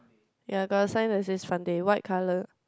ya got assign that is the front deck white colour